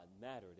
mattered